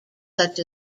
such